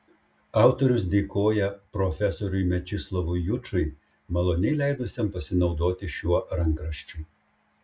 autorius dėkoja profesoriui mečislovui jučui maloniai leidusiam pasinaudoti šiuo rankraščiu